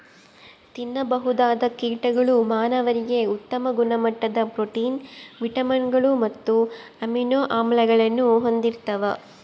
ತಿನ್ನಬಹುದಾದ ಕೀಟಗಳು ಮಾನವರಿಗೆ ಉತ್ತಮ ಗುಣಮಟ್ಟದ ಪ್ರೋಟೀನ್, ವಿಟಮಿನ್ಗಳು ಮತ್ತು ಅಮೈನೋ ಆಮ್ಲಗಳನ್ನು ಹೊಂದಿರ್ತವ